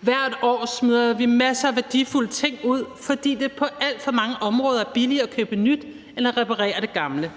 Hvert år smider vi masser af værdifulde ting ud, fordi det på alt for mange områder er billigere at købe nyt end at reparere det gamle.